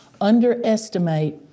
underestimate